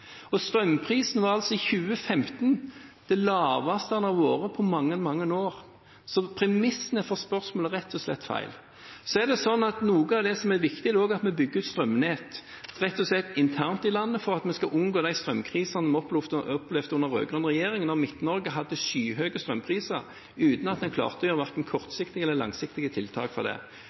laveste den har vært på mange, mange år. Så premissen for spørsmålet er rett og slett feil. Noe av det som er viktig, er at vi bygger ut strømnett – rett og slett internt i landet – for at vi skal unngå de strømkrisene vi opplevde under den rød-grønne regjeringen, da Midt-Norge hadde skyhøye strømpriser uten at man klarte å gjøre verken kortsiktige eller langsiktige tiltak med det.